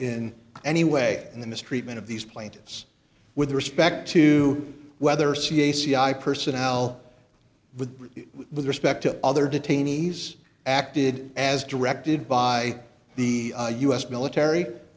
in any way in the mistreatment of these plaintiffs with respect to whether cac i personnel with respect to other detainees acted as directed by the us military